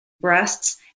breasts